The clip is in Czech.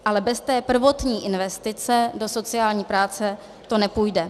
Ale bez té prvotní investice do sociální práce to nepůjde.